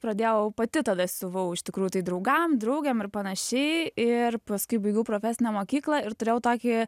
pradėjau pati tada siuvau iš tikrųjų tai draugam draugėm ir panašiai ir paskui baigiau profesinę mokyklą ir turėjau tokį